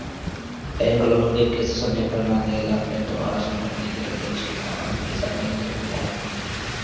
bank loan के किस्त समय पे ना देहला पे तोहार सम्पत्ति के बेच के आपन पईसा ले लेवत ह